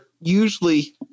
usually